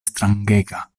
strangega